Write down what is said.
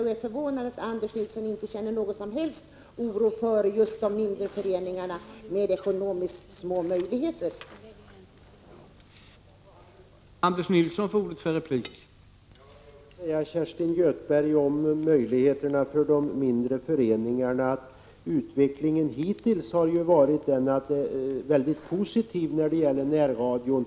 Jag är förvånad över att Anders Nilsson inte känner någon som helst oro för de mindre föreningarna med små möjligheter ekonomiskt.